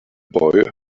boy